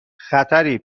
خطری